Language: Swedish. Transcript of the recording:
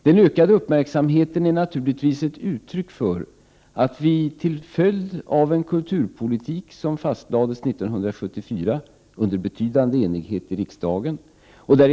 Den ökade uppmärksamheten har naturligtvis att göra med den kulturpolitik som riksdagen under betydande enighet fastlade 1974.